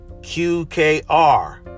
QKR